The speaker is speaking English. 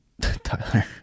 Tyler